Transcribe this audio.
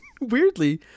Weirdly